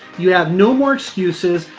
you have no more excuses.